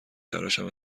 تراشم